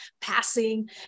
passing